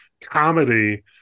comedy